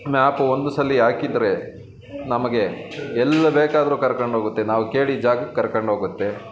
map ಒಂದು ಸಲ ಹಾಕಿದ್ರೆ ನಮಗೆ ಎಲ್ಲಿ ಬೇಕಾದರು ಕರ್ಕಂಡೋಗುತ್ತೆ ನಾವು ಕೇಳಿದ ಜಾಗಕ್ಕೆ ಕರ್ಕಂಡೋಗುತ್ತೆ